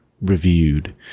reviewed